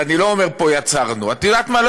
ואני לא אומר פה "יצרנו"; את יודעת מה?